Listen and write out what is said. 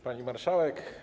Pani Marszałek!